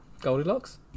Goldilocks